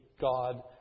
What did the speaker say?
God